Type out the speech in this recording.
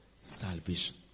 salvation